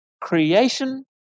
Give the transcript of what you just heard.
creation